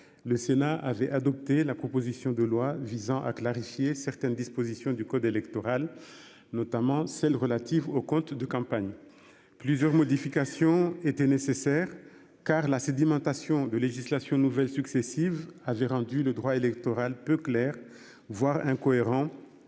Le Sénat avait adopté la proposition de loi visant à clarifier certaines dispositions du code électoral. Notamment celles relatives aux comptes de campagne. Plusieurs modifications était nécessaire car la sédimentation de législation nouvelle successives. Ah j'ai rendu le droit électoral peu clair voire incohérent.